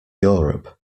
europe